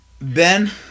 Ben